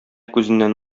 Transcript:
күзеннән